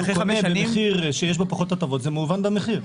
מחיר שיש בו פחות הטבות, זה מהוון במחיר.